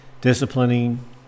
disciplining